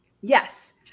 Yes